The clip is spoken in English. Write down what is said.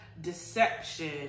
deception